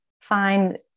find